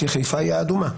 כי חיפה היא האדומה...